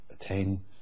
attain